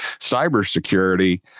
cybersecurity